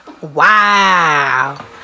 wow